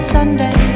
Sunday